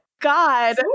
god